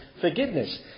forgiveness